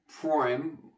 prime